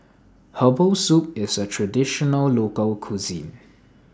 Herbal Soup IS A Traditional Local Cuisine